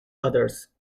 others